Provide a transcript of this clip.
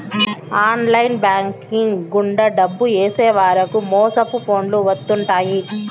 online bank గుండా డబ్బు ఏసేవారికి మోసపు ఫోన్లు వత్తుంటాయి